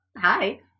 hi